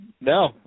no